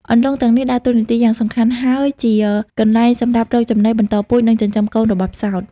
អន្លង់ទាំងនេះដើរតួនាទីយ៉ាងសំខាន់ហើយជាកន្លែងសម្រាប់រកចំណី បន្តពូជ និងចិញ្ចឹមកូនរបស់ផ្សោត។